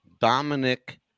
Dominic